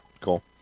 Cool